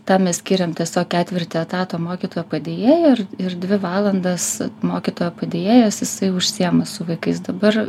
tam mes skiriant tiesiog ketvirtį etato mokytojo padėjėjai ir dvi valandas mokytojo padėjėjas jisai užsiima su vaikais dabar